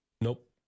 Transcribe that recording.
Nope